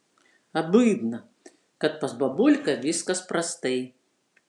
abydna kad pas babulką viskas prastai